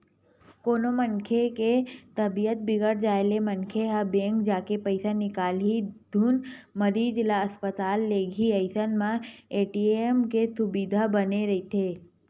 कोनो मनखे के तबीयत बिगड़ जाय ले मनखे ह बेंक जाके पइसा निकालही धुन मरीज ल अस्पताल लेगही अइसन म ए.टी.एम के सुबिधा बने रहिथे